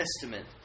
testament